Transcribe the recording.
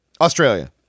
Australia